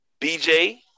BJ